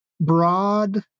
broad